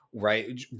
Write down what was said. right